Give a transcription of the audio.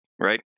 right